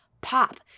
pop